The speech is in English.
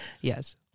Yes